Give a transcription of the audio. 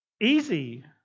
easy